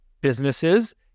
businesses